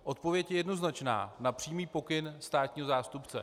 Odpověď je jednoznačná: na přímý pokyn státního zástupce.